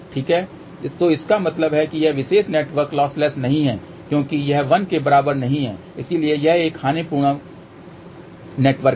तो इसका मतलब है कि यह विशेष नेटवर्क लॉसलेस नहीं है क्योंकि यह 1 के बराबर नहीं है इसलिए यह एक हानिपूर्ण नेटवर्क है